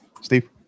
Steve